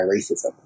racism